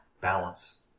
Balance